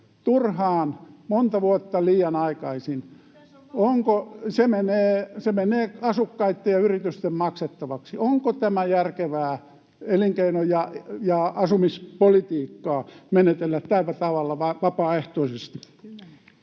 turhaan, monta vuotta liian aikaisin. [Satu Hassin välihuuto] — Se menee asukkaitten ja yritysten maksettavaksi. — Onko järkevää elinkeino- ja asumispolitiikkaa menetellä tällä tavalla vapaaehtoisesti?